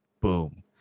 Boom